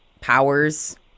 powers